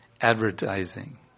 advertising